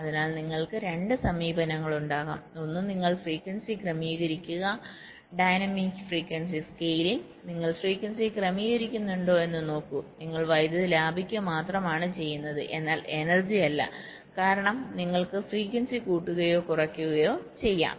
അതിനാൽ നിങ്ങൾക്ക് രണ്ട് സമീപനങ്ങളുണ്ടാകാം ഒന്ന് നിങ്ങൾ ഫ്രീക്വൻസി ക്രമീകരിക്കുക ഡൈനാമിക് ഫ്രീക്വൻസി സ്കെയിലിംഗ് നിങ്ങൾ ഫ്രീക്വൻസി ക്രമീകരിക്കുന്നുണ്ടോയെന്ന് നോക്കൂ നിങ്ങൾ വൈദ്യുതി ലാഭിക്കുക മാത്രമാണ് ചെയ്യുന്നത് എന്നാൽ എനർജി അല്ല കാരണം നിങ്ങൾക്ക് ഫ്രീക്വൻസി കൂട്ടുകയോ കുറയ്ക്കുകയോ ചെയ്യാം